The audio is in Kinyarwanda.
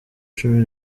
cumi